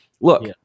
Look